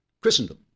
Christendom